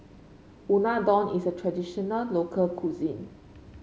unadon is a traditional local cuisine